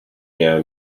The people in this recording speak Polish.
miała